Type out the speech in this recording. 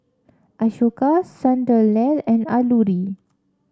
Ashoka Sunderlal and Alluri